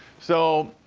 so.